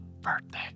birthday